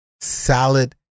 salad